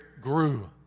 grew